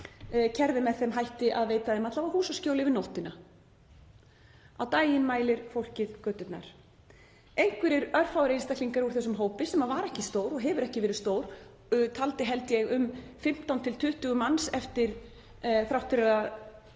kerfið með þeim hætti að veita þeim alla vega húsaskjól yfir nóttina. Á daginn mælir fólkið göturnar, einhverjir örfáir einstaklingar úr þessum hópi, sem var ekki stór og hefur ekki verið stór — taldi held ég um 15–20 manns. Þrátt